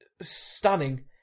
stunning